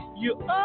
You-